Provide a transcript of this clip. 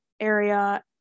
area